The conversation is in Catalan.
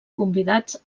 convidats